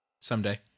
Someday